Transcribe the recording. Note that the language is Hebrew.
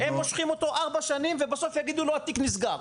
הם מושכים אותו ארבע שנים ובסוף יגידו לו שהתיק נסגר.